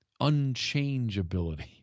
unchangeability